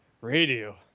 Radio